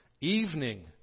evening